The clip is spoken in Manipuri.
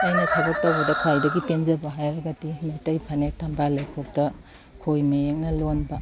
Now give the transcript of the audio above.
ꯑꯩꯅ ꯊꯕꯛ ꯇꯧꯕꯗ ꯈ꯭ꯋꯥꯏꯗꯒꯤ ꯄꯦꯟꯖꯕ ꯍꯥꯏꯔꯒꯗꯤ ꯃꯩꯇꯩ ꯐꯅꯦꯛ ꯊꯝꯕꯥꯜ ꯂꯩꯈꯣꯛꯇ ꯈꯣꯏ ꯃꯌꯦꯛꯅ ꯂꯣꯟꯕ